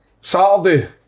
Saturday